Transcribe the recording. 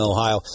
Ohio